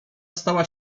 stała